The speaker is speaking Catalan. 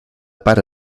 pare